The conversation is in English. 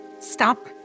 stop